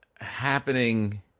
happening